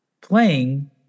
playing